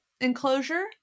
enclosure